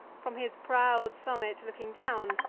from his proud summit looking down,